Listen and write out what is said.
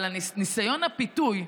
אבל ניסיון הפיתוי,